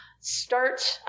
start